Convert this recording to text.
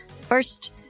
first